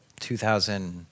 2000